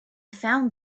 found